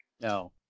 No